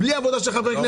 בלי עבודה של חברי כנסת.